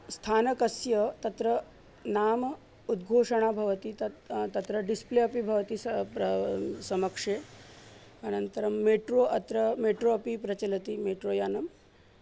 स्थानकस्य तत्र नाम उद्घोषणा भवति तत् तत्र डिस्प्ले अपि भवति सा प्र समक्षे अनन्तरं मेट्रो अत्र मेट्रो अपि प्रचलति मेट्रोयानम्